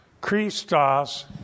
Christos